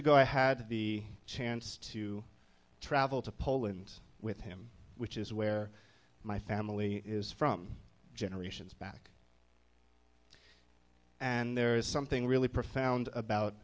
ago i had the chance to travel to poland with him which is where my family is from generations back and there is something really profound about